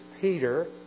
Peter